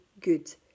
good